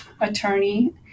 attorney